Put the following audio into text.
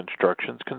instructions